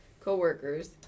co-workers